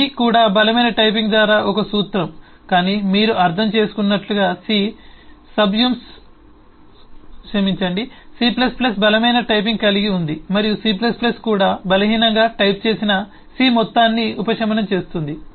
C కూడా బలమైన typing తర్వాత ఒక సూత్రం కానీ మీరు అర్థం చేసుకున్నట్లుగా సి సబ్యూమ్స్ క్షమించండి C బలమైన టైపింగ్ కలిగి ఉంది మరియు C కూడా బలహీనంగా టైప్ చేసిన సి మొత్తాన్ని ఉపశమనం చేస్తుంది